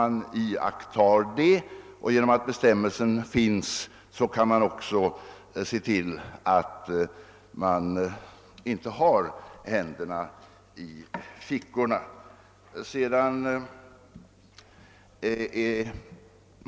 Genom att bestämmelsen finns kan man då se till att soldaterna inte har händerna i fickorna.